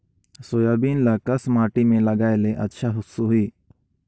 Soybean ल कस माटी मे लगाय ले अच्छा सोही?